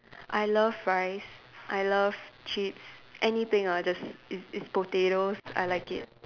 I love fries I love chips anything one just is is potatoes I like it